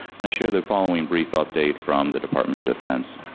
and i share the following brief update from the department of defense.